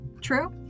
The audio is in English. true